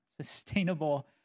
sustainable